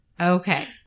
Okay